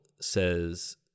says